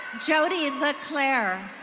jodie and leclair.